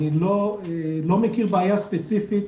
אני לא מכיר בעיה ספציפית,